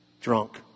drunk